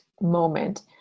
moment